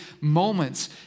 moments